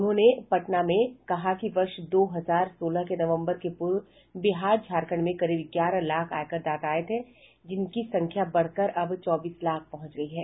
उन्होंने पटना में कहा कि वर्ष दो हजार सोलह के नवम्बर के पूर्व बिहार झारखंड में करीब ग्यारह लाख आयकरदाता थे जिनकी संख्या बढ़कर अब चौबीस लाख पहुंच गयी है